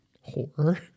Horror